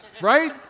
Right